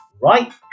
Right